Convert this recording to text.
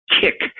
kick